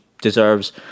deserves